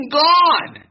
gone